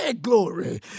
glory